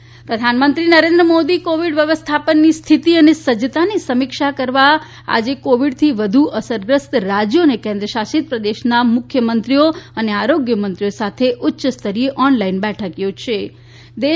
Covid meeting પ્રધાનમંત્રી Narendra Modi covid વ્યવસ્થાપનની સ્થિતિ અને સજી તાની સમીક્ષા કરવા માટે આજે કોવિડથી વધુ અસરગ્રસ્ત રાજ્યો અને કેન્દ્રશાસિત પ્રદેશના મુખ્યમંત્રીઓ અને આરોગ્ય મંત્રીઓ સાથે ઉચ્યસ્તરીય ઓનલાઈન બેઠક થો શે